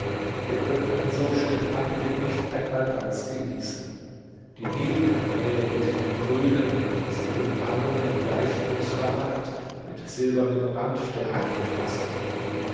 und ihr könnt einen so schönen anblick nicht einmal ganz genießen die nilkanäle mit dem grünen das sie umarmen gleichen dem smaragd mit silbernem ranfte eingefaßt